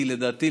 לדעתי,